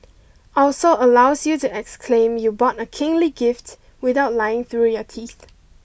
also allows you to exclaim you bought a kingly gift without lying through your teeth